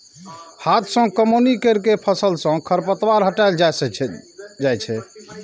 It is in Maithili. हाथ सं कमौनी कैर के फसल सं खरपतवार हटाएल जाए छै